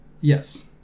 Yes